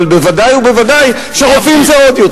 אבל בוודאי ובוודאי שרופאים זה עוד יותר.